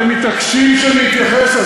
אתם מתעקשים שאני אתייחס?